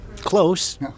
Close